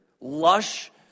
lush